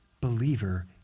believer